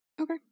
Okay